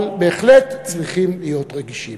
אבל בהחלט צריכים להיות רגישים.